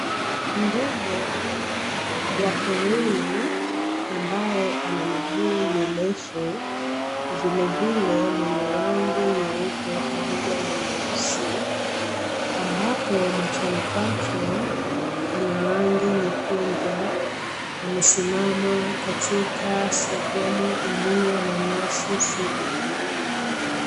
Ndege wa porini ambaye ana miguu mirefu vilevile mwenye rangi nyeupe pamoja na nyeusi. Ambapo machoni kwake ana rangi nyekundu amesimama katika sehemu iliyo na nyasi fupi.